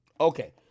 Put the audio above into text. Okay